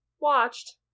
watched